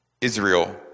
Israel